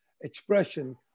expression